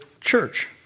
church